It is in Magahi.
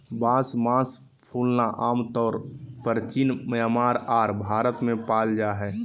बांस मास फूलना आमतौर परचीन म्यांमार आर भारत में पाल जा हइ